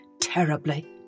terribly